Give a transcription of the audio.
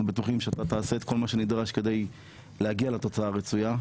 בטוחים שתעשה את כל מה שנדרש כדי להגיע לתוצאה הרצויה,